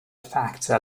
factor